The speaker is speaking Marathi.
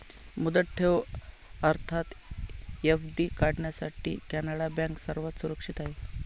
मुदत ठेव अर्थात एफ.डी काढण्यासाठी कॅनडा बँक सर्वात सुरक्षित आहे